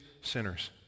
sinners